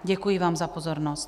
Děkuji vám za pozornost.